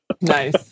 Nice